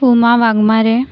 Uma Wagmare